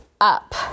up